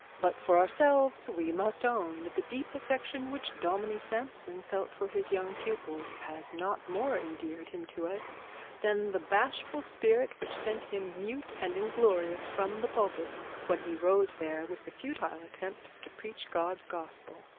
but for ourselves we must own that the deep affection which dominie sampson felt for his young pupils has not more endeared him to us than the bashful spirit which sent him mute and inglorious from the pulpit when he rose there with the futile attempt to preach god's gospel.